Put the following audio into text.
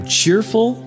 cheerful